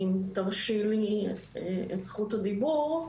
אם תרשי לי את זכות הדיבור.